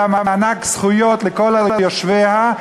אלא מענק זכויות לכל יושביה.